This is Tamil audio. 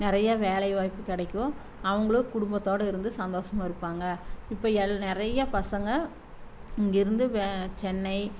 நிறைய வேலை வாய்ப்பு கிடைக்கும் அவங்களும் குடும்பத்தோடு இருந்து சந்தோஷமா இருப்பாங்க இப்போ நிறைய பசங்கள் இங்கேருந்து சென்னை